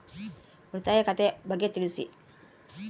ಉಳಿತಾಯ ಖಾತೆ ಬಗ್ಗೆ ತಿಳಿಸಿ?